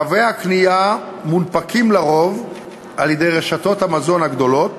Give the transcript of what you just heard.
תווי הקנייה מונפקים על-פי רוב על-ידי רשתות המזון הגדולות,